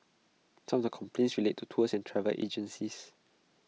some of the complaints relate to tours and travel agencies